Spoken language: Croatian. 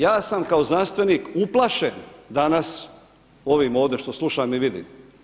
Ja sam kao znanstvenik uplašen danas ovim ovdje što slušam i vidim.